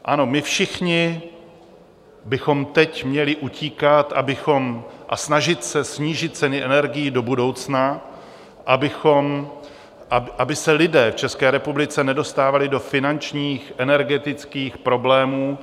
Ano, my všichni bychom teď měli utíkat a snažit se snížit ceny energií do budoucna, aby se lidé v České republice nedostávali do finančních energetických problémů.